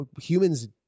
humans